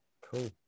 Cool